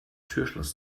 türschloss